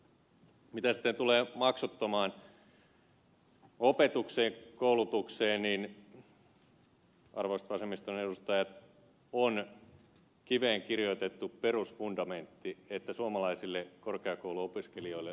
mitä sitten tulee maksuttomaan opetukseen koulutukseen niin arvoisat vasemmiston edustajat on kiveen kirjoitettu perusfundamentti että suomalaisille korkeakouluopiskelijoille opiskelu on maksutonta